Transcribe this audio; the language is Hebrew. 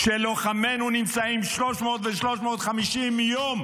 כשלוחמינו נמצאים 300 ו-350 יום